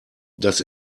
das